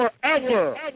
Forever